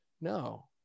no